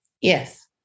Yes